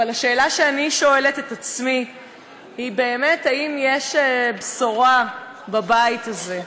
אבל השאלה שאני שואלת את עצמי היא אם באמת יש בשורה בבית הזה.